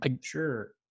Sure